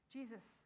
Jesus